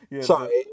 Sorry